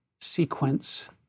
sequence